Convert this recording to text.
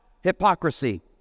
Hypocrisy